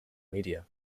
media